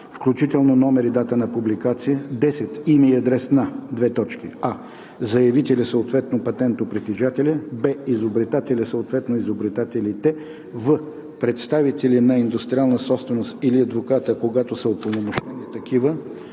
включително номер и дата на публикация; 10. име и адрес на: a) заявителя, съответно патентопритежателя; б) изобретателя, съответно изобретателите; в) представителя по индустриална собственост или адвоката, когато са упълномощени такива;